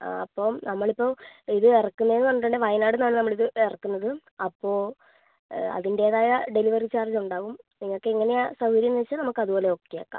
ആ അപ്പം നമ്മളിപ്പോൾ ഇത് ഇറക്കുന്നതെന്ന് പറഞ്ഞിട്ട്ണ്ടെ വയനാട്ന്നാണ് നമ്മളിത് ഇറക്കുന്നത് അപ്പോ അതിൻറ്റേതായ ഡെലിവറി ചാർജ് ഉണ്ടാവും നിങ്ങക്ക് എങ്ങനെയാ സൗകര്യന്ന് വെച്ചാൽ നമുക്ക് അതുപോലെ ഓക്കേ ആക്കാം